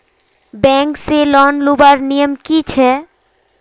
Bank से loan लुबार नियम की छे?